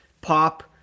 pop